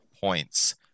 points